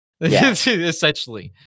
essentially